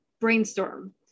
brainstorm